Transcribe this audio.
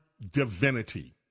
Divinity